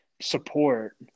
support